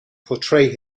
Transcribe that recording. portray